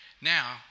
Now